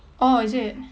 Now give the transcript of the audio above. oh is it